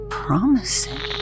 promising